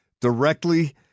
directly